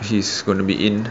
he's gonna be in